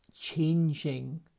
changing